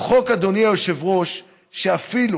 הוא חוק, אדוני היושב-ראש, אפילו